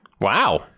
Wow